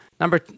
Number